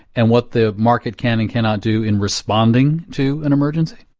and what the market can and cannot do in responding to an emergency?